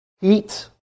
heat